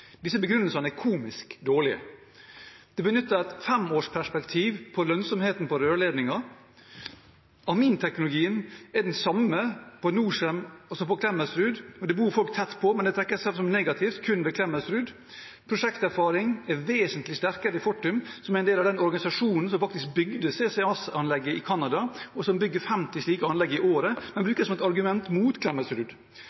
Disse begrunnelsene er komisk dårlige. Det benyttes et femårsperspektiv på lønnsomheten på rørledningen, amminteknologien er den samme på Norcem som på Klemetsrud. Det bor folk tett på, men det trekkes fram som negativt kun ved Klemetsrud. Prosjekterfaringen er vesentlig sterkere i Fortum, som er en del av den organisasjonen som faktisk bygde CCS-anlegget i Canada, og som bygger 50 slike anlegg i året.